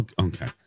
Okay